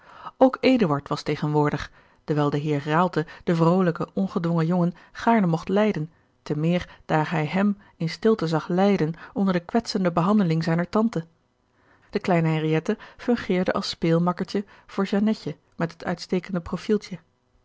eduard was tegenwoordig dewijl de heer raalte den vrolijken ongedwongen jongen gaarne mogt lijden te meer daar hij hèm in stilte zag lijden onder de kwetsende behandeling zijner tante de kleine henriëtte fungeerde als speelmakkertje voor jeannetje met het uitstekende profieltje